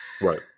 right